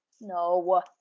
no